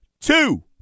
two